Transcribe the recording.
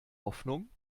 hoffnung